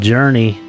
Journey